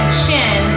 chin